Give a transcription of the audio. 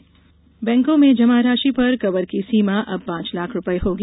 बैंकों में जमा राशि पर कवर की सीमा अब पांच लाख रूपये होगी